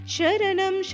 Sharanam